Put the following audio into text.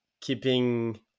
keeping